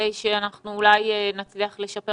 לשלם